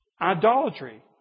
idolatry